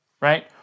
right